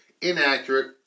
inaccurate